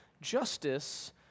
justice